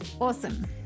Awesome